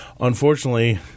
unfortunately